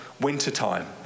wintertime